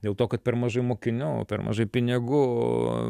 dėl to kad per mažai mokinių per mažai pinigų